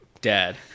dad